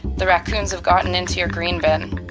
the raccoons have gotten into your green bin.